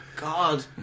God